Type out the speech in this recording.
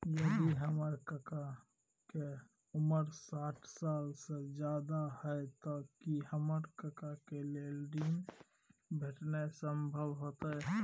यदि हमर काका के उमर साठ साल से ज्यादा हय त की हमर काका के लेल ऋण भेटनाय संभव होतय?